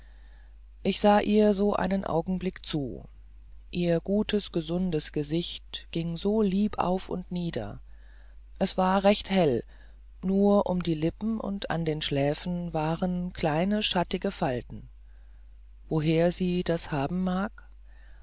ich sah ihr so einen augenblick zu ihr gutes gesundes gesicht ging so lieb auf und nieder es war recht hell nur um die lippen und an den schläfen waren kleine schattige falten woher sie das haben mag